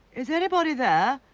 is anybody there?